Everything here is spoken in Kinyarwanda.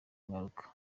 bigaruka